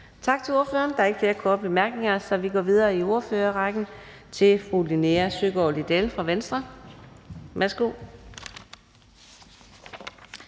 Tak til ordføreren. Der er ikke flere korte bemærkninger, så vi siger tak. Den næste ordfører i rækken er fru Linea Søgaard-Lidell fra Venstre. Kl.